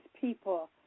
people